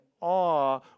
awe